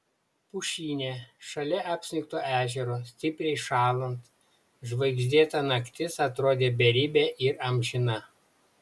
pušyne šalia apsnigto ežero stipriai šąlant žvaigždėta naktis atrodė beribė ir amžina